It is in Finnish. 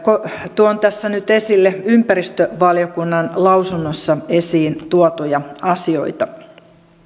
tuon tässä nyt esille ympäristövaliokunnan lausunnossa esiin tuotuja asioita